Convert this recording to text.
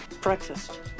Breakfast